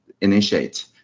initiate